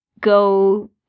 go